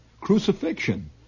crucifixion